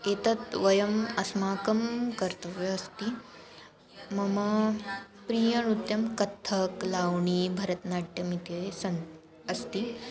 एतत् वयम् अस्माकं कर्तव्यम् अस्ति मम प्रियनृत्यं कथक् लावणी भरतनाट्यम् इति सन्ति अस्ति